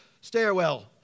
stairwell